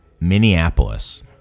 Minneapolis